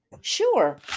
Sure